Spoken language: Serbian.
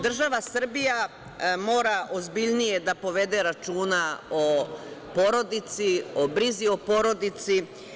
Država Srbija mora ozbiljnije da povede računa o porodici, o brizi o porodici.